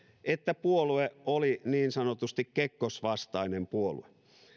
että puolue oli niin sanotusti kekkos vastainen puolue